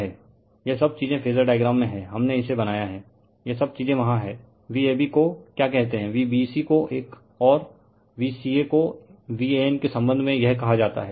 यह सब चीजें फेजर डायग्राम में है हमने इसे बनाया है यह सब चीजें वहां हैं Vab को क्या कहते हैं Vbc को एक और Vca को Van के संबंध में यह कहा जाता हैं